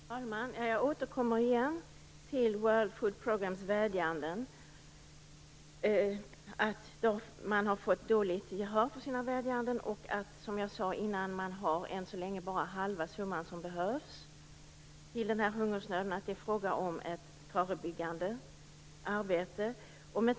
Herr talman! Jag återkommer till att World food programme har fått dåligt gehör för sina vädjanden. Som jag tidigare sade har man än så länge bara hälften av den summa som behövs för att förebygga hungersnöden.